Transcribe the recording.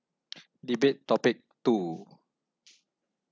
debate topic two